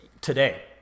Today